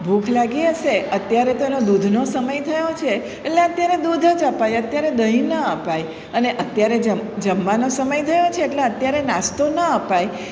ભૂખ લાગી હશે અત્યારે તો એનો દૂધનો સમય થયો છે એટલે અત્યારે દૂધ જ અપાય અત્યારે દહીં ન અપાય અને અત્યારે જમવાનો સમય થયો છે એટલે અત્યારે નાસ્તો ન અપાય